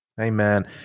Amen